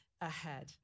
ahead